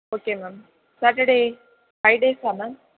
okay ma'am Saturday five டேஸ்ஸா ma'am